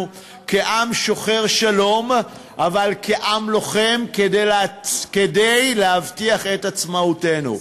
כעם שוחר שלום אבל כעם לוחם כדי להבטיח את עצמאותנו.